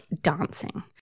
dancing